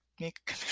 make